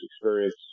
experience